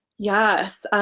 yes.